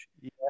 Yes